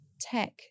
tech